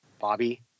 bobby